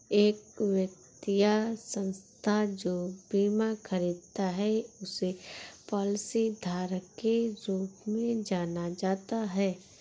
एक व्यक्ति या संस्था जो बीमा खरीदता है उसे पॉलिसीधारक के रूप में जाना जाता है